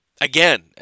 Again